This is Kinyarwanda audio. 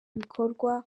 bikorwa